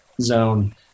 zone